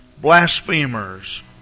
blasphemers